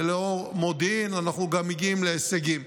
ולאור מודיעין אנחנו גם מגיעים להישגים.